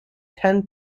ten